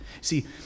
See